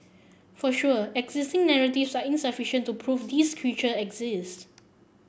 for sure existing narratives are insufficient to prove this creature exists